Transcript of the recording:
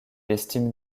estime